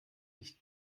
nicht